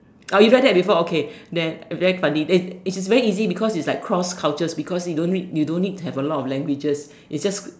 oh you done that before okay than very funny then it's is very easy because its like cross cultures because you don't need to have a lot of languages